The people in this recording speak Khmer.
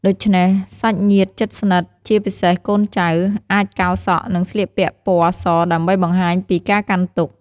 ដូច្នេះសាច់ញាតិជិតស្និទ្ធ ជាពិសេសកូនចៅ អាចកោរសក់ និងស្លៀកពាក់ពណ៌សដើម្បីបង្ហាញពីការកាន់ទុក្ខ។